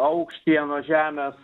aukštyje nuo žemės